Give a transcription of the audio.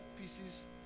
pieces